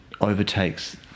overtakes